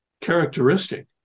characteristic